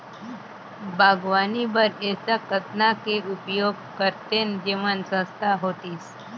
बागवानी बर ऐसा कतना के उपयोग करतेन जेमन सस्ता होतीस?